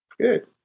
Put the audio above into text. Good